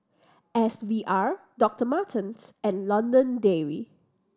S V R Doctor Martens and London Dairy